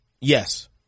Yes